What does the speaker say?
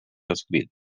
escrit